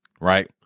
right